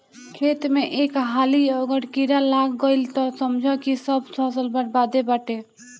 खेत में एक हाली अगर कीड़ा लाग गईल तअ समझअ की सब फसल बरबादे बाटे